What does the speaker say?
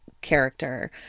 character